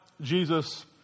Jesus